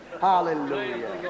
Hallelujah